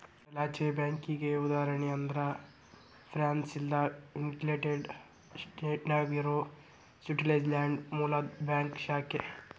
ಕಡಲಾಚೆಯ ಬ್ಯಾಂಕಿಗಿ ಉದಾಹರಣಿ ಅಂದ್ರ ಫ್ರಾನ್ಸ್ ಇಲ್ಲಾ ಯುನೈಟೆಡ್ ಸ್ಟೇಟ್ನ್ಯಾಗ್ ಇರೊ ಸ್ವಿಟ್ಜರ್ಲ್ಯಾಂಡ್ ಮೂಲದ್ ಬ್ಯಾಂಕ್ ಶಾಖೆ